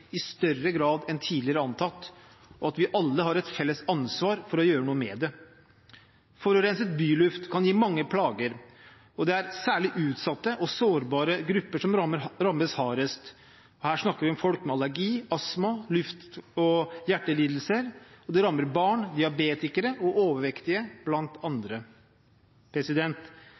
i større grad enn tidligere antatt, og at vi alle har et felles ansvar for å gjøre noe med det. Forurenset byluft kan gi mange plager, og det er særlig utsatte og sårbare grupper som rammes hardest. Her snakker vi om folk med allergi, astma, luftveis- og hjertelidelser, og det rammer bl.a. barn, diabetikere og overvektige.